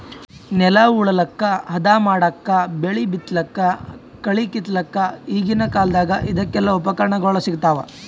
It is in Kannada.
ನೆಲ ಉಳಲಕ್ಕ್ ಹದಾ ಮಾಡಕ್ಕಾ ಬೆಳಿ ಬಿತ್ತಲಕ್ಕ್ ಕಳಿ ಕಿತ್ತಲಕ್ಕ್ ಈಗಿನ್ ಕಾಲ್ದಗ್ ಇದಕೆಲ್ಲಾ ಉಪಕರಣಗೊಳ್ ಸಿಗ್ತಾವ್